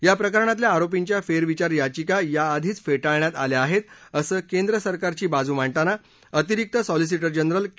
याप्रकरणातल्या आरोपींच्या फेरविचार याचिका याआधीच फेटाळण्यात आल्या आहेत असं केंद्र सरकारची बाजू मांडताना अतिरिक्त सॉलिसिटर जनरल के